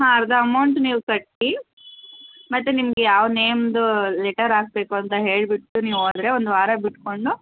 ಹಾಂ ಅರ್ಧ ಅಮೌಂಟ್ ನೀವು ಕಟ್ಟಿ ಮತ್ತು ನಿಮಗೆ ಯಾವ ನೇಮ್ದು ಲೆಟರ್ ಹಾಕ್ಬೇಕು ಅಂತ ಹೇಳಿಬಿಟ್ಟು ನೀವು ಹೋದ್ರೆ ಒಂದು ವಾರ ಬಿಟ್ಟುಕೊಂಡು